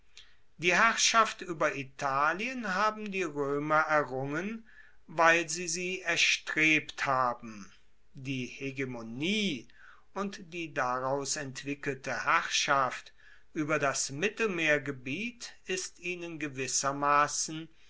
die herrschaft ueber italien haben die roemer errungen weil sie sie erstrebt haben die hegemonie und die daraus entwickelte herrschaft ueber das mittelmeergebiet ist ihnen gewissermassen